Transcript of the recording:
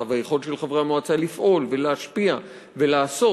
והיכולת של חברי המועצה לפעול ולהשפיע ולעשות.